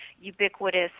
ubiquitous